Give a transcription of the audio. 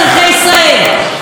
ואמרתי את זה,